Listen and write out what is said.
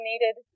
needed